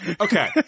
Okay